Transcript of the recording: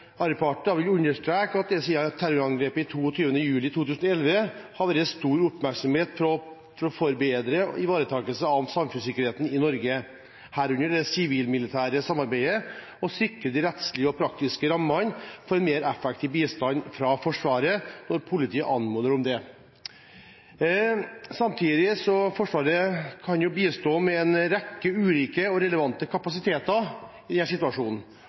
Arbeiderpartiet vil understreke at det siden terrorangrepet 22. juli 2011 har vært stor oppmerksomhet rundt det å forbedre ivaretakelsen av samfunnssikkerheten i Norge, herunder det sivil-militære samarbeidet, og sikre de rettslige og praktiske rammene for en mer effektiv bistand fra Forsvaret når politiet anmoder om det. Samtidig kan Forsvaret bistå med en rekke ulike og relevante kapasiteter i